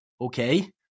okay